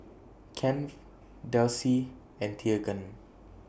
Kennth Delcie and Teagan